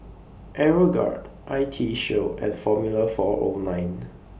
Aeroguard I T Show and Formula four O nine